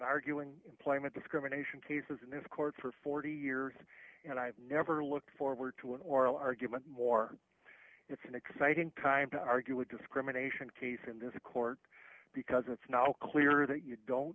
arguing employment discrimination cases in this court for forty years and i've never looked forward to an oral argument more it's an exciting time to argue a discrimination case in this court because it's now clear that you don't